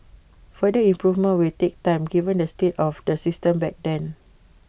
further improvements will take time given the state of the system back then